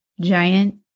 giant